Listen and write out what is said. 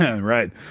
Right